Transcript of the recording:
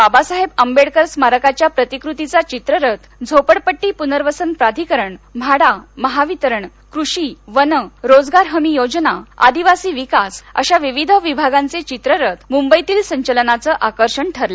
बाबासाहेब आंबेडकर स्मारकाच्या प्रतिकृतीचा चित्ररथ झोपडपट्टी पुनर्वसन प्राधिकरण म्हाडा महावितरण कृषी वन रोजगार हमी योजना आदिवासी विकास अशा विविध विभागांचे चित्ररथ मुंबईतील संचलनाचं आकर्षण ठरले